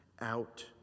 out